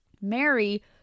Mary